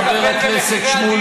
חבר הכנסת שמולי,